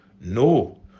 no